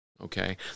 Okay